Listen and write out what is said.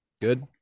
Good